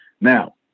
Now